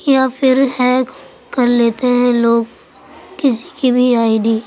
یا پھر ہیک کر لیتے ہیں لوگ کسی کی بھی آئی ڈی